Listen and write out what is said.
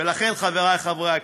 ולכן, חברי חברי הכנסת,